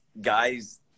guys